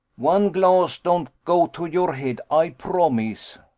one glass don't go to your head, ay promise.